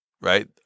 right